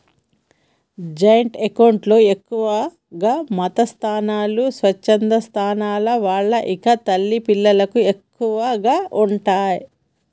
joint account లో ఎక్కువగా మతసంస్థలు, స్వచ్ఛంద సంస్థల వాళ్ళు ఇంకా తల్లి పిల్లలకు ఎక్కువగా ఉంటయ్